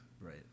Right